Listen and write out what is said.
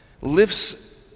lifts